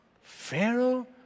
Pharaoh